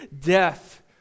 death